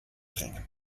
bringen